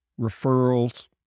Referrals